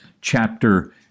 chapter